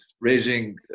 raising